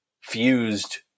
fused